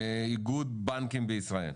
איגוד הבנקים בישראל.